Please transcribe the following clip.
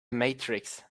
matrix